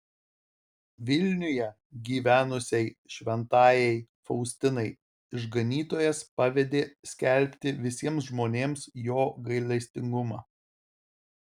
vilniuje gyvenusiai šventajai faustinai išganytojas pavedė skelbti visiems žmonėms jo gailestingumą